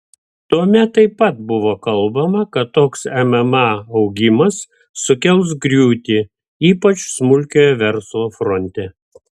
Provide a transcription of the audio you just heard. tuomet taip pat buvo kalbama kad toks mma augimas sukels griūtį ypač smulkiojo verslo fronte